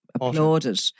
applauded